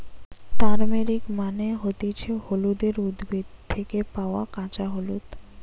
turmeric মানে হতিছে হলুদের উদ্ভিদ থেকে পায়া কাঁচা হলুদ